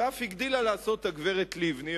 אף הגדילה לעשות הגברת לבני,